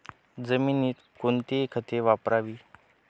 जमिनीत कोणती खते वापरावीत?